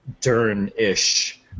Dern-ish